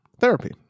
Therapy